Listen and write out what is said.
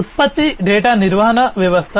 ఉత్పత్తి డేటా నిర్వహణ వ్యవస్థ